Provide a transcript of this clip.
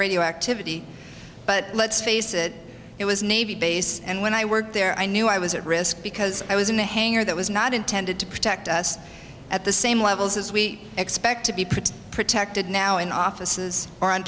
ioactivity but let's face it it was navy base and when i worked there i knew i was at risk because i was in a hangar that was not intended to protect us at the same levels as we expect to be pretty protected now in offices or on